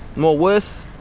more worse.